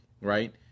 right